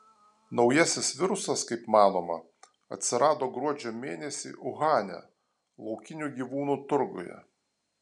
naujasis virusas kaip manoma atsirado gruodžio mėnesį uhane laukinių gyvūnų turguje